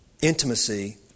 intimacy